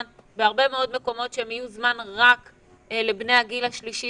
בהרבה מאוד מקומות שהם יהיו זמן רק לבני הגיל השלישי,